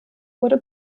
wurde